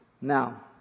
Now